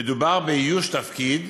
מדובר באיוש תפקיד